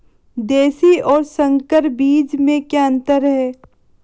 देशी और संकर बीज में क्या अंतर है?